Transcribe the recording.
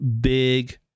big